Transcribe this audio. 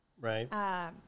Right